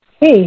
Hey